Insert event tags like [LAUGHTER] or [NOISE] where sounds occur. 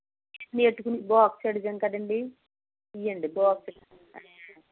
ఇవి పెట్టుకునే బాక్స్ అడిగాను కదండి ఇవ్వండి బాక్స్ [UNINTELLIGIBLE]